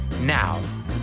Now